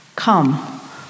Come